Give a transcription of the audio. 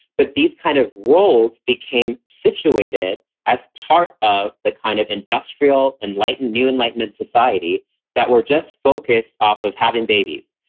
but these kind of roles became situated as part of the kind of industrial, enlightened, new enlightenment society that we're just focused off of having babies.